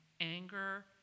anger